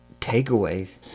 takeaways